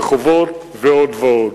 "רחובות ירושלים" ועוד ועוד.